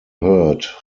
heard